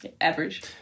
average